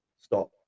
stop